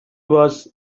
was